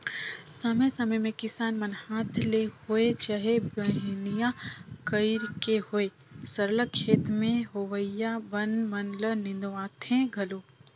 समे समे में किसान मन हांथ ले होए चहे बनिहार कइर के होए सरलग खेत में होवइया बन मन ल निंदवाथें घलो